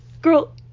girl